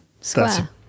square